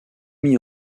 mis